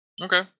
Okay